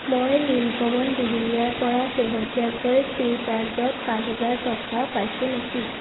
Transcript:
মই নীলপৱন দিহিঙীয়াৰ পৰা শেহতীয়াকৈ ফ্ৰী চাৰ্জত পাঁচহেজাৰ টকা পাইছোঁ নেকি